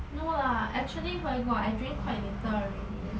no lah actually where got I drink quite little already